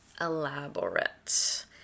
Elaborate